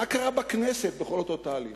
מה קרה בכנסת בכל אותו תהליך.